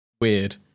weird